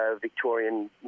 Victorian